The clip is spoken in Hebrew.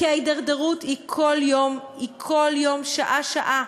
כי ההידרדרות היא כל יום, היא כל יום, שעה-שעה.